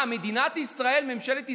מה, מדינת ישראל, ממשלת ישראל,